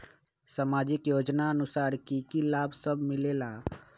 समाजिक योजनानुसार कि कि सब लाब मिलीला?